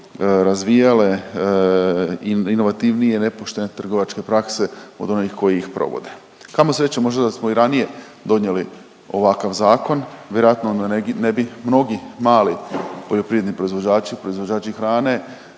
razvijale inovativnije nepoštene trgovačke prakse od onih koji ih provode. Kamo sreće možda da smo i ranije donijeli ovakav zakon. Vjerojatno ne bi mnogi mali poljoprivredni proizvođači, proizvođači hrane